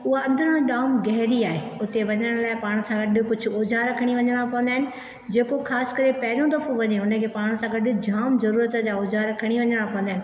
उहा अंदरां जाम गहिरी आहे उते वञणु लाइ पाण सां गॾु कुझु औज़ार खणी वञणा पवंदा आहिनि जेको ख़ासिकरे पहिरियों दफ़ो वञे हुनखे पाण सां गॾु जाम ज़रुरत जा औज़ार खणी वञणा पवंदा आहिनि